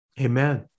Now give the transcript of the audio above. Amen